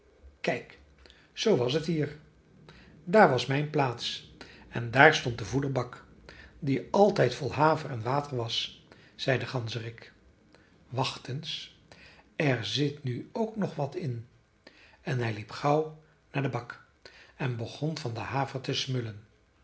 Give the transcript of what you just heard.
kijk zoo was het hier daar was mijn plaats en daar stond de voederbak die altijd vol haver en water was zei de ganzerik wacht eens er zit nu ook nog wat in en hij liep gauw naar den bak en begon van den haver te smullen